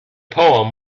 poem